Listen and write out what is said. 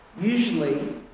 usually